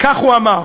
כך הוא אמר.